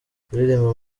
kuririmba